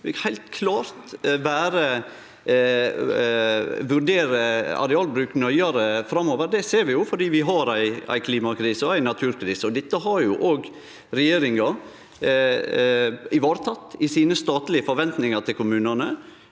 vi må heilt klart vurdere arealbruk nøyare framover. Det ser vi fordi vi har ei klimakrise og ei naturkrise. Dette har òg regjeringa vareteke i sine statlege forventningar til kommunane,